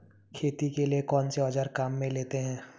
खेती के लिए कौनसे औज़ार काम में लेते हैं?